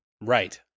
Right